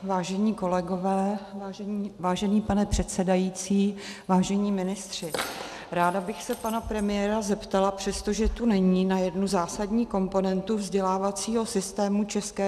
Vážení kolegové, vážený pane předsedající, vážení ministři, ráda bych se pana premiéra zeptala, přestože tu není, na jednu zásadní komponentu vzdělávacího systému ČR.